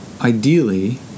ideally